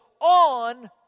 on